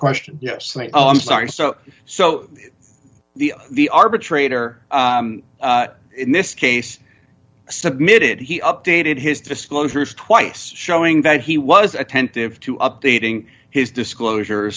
question yes i'm sorry so so the the arbitrator in this case submitted he updated his disclosures twice showing that he was attentive to updating his disclosure